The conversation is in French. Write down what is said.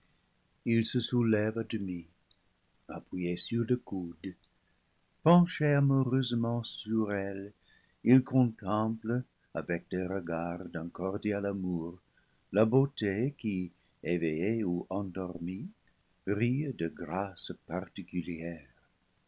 il se soulève à demi appuyé sur le coude penché amoureusement sur elle il contemple avec des regards d'un cordial amour la beauté qui éveillée ou endormie brille de grâces particulières